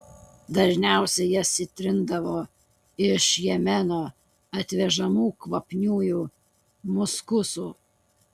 dažniausiai jas įtrindavo iš jemeno atvežamu kvapniuoju muskusu